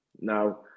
now